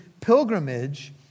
pilgrimage